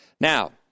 Now